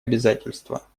обязательства